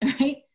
right